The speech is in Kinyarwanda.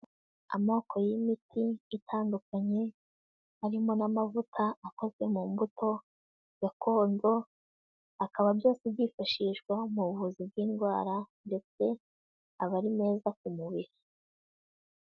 Amoko y'imiti itandukanye arimo n'amavuta akozwe mu mbuto gakondo, akaba byose byifashishwa mu buvuzi bw'indwara ndetse aba ari meza ku mubiri.